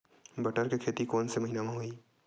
बटर के खेती कोन से महिना म होही?